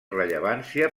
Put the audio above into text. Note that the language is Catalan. rellevància